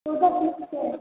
चौदह ठीक है